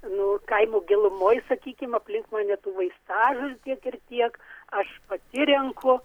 nu kaimo gilumoj sakykim aplink mane tų vaistažolių tiek ir tiek aš pati renku